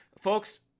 folks